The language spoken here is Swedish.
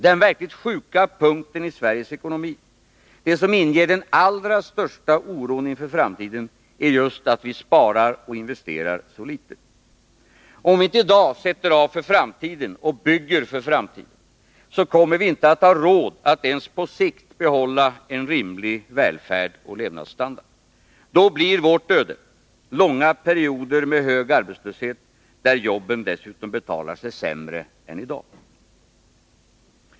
Den verkligt sjuka punkten i Sveriges ekonomi, det som inger den allra största oron inför framtiden, är just att vi sparar och investerar så litet. Om vi inte i dag sätter av för framtiden och bygger för framtiden, så kommer vi inte att ha råd att ens på sikt behålla en rimlig välfärd och levnadsstandard. Då blir vårt öde långa perioder med hög arbetslöshet, där jobben dessutom betalar sig sämre än i dag.